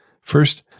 First